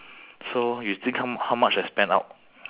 so you think how how much I spent out